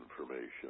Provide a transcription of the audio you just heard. information